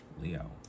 Leo